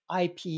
IP